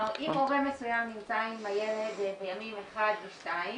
אם הורה מסוים נמצא עם הילד בימים 1 ו-2,